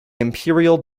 imperial